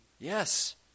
Yes